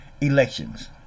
elections